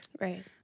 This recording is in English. Right